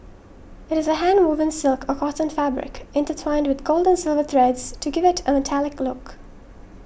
it is a handwoven silk or cotton fabric intertwined with gold and silver threads to give it a metallic look